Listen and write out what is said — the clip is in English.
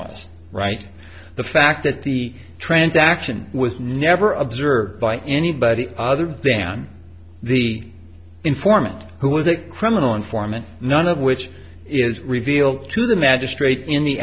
was right the fact that the transaction was never observed by anybody other than the informant who was a criminal informant none of which is revealed to the magistrate in the